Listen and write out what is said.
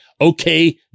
Okay